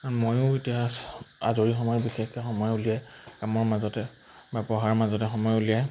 ময়ো এতিয়া আজৰি সময় বিশেষকৈ সময় উলিয়াই কামৰ মাজতে বা পঢ়াৰ মাজতে সময় উলিয়াই